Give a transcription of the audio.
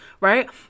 Right